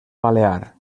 balear